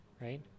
right